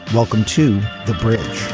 welcome to the bridge